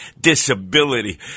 disability